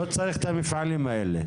לא צריך את המפעלים האלה.